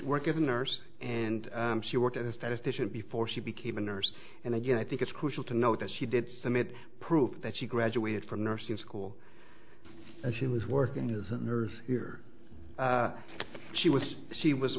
work as a nurse and she worked as a statistician before she became a nurse and again i think it's crucial to note that she did submit proof that she graduated from nursing school and she was working as a nurse here she was she was